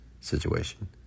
situation